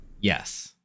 Yes